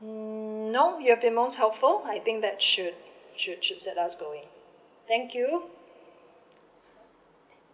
um no you've been most helpful I think that should should should set us going thank you